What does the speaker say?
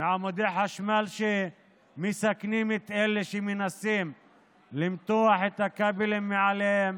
מעמודי חשמל שמסכנים את אלה שמנסים למתוח את הכבלים מעליהם.